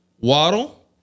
Waddle